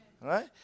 right